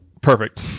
perfect